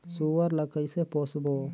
सुअर ला कइसे पोसबो?